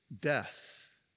death